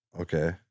Okay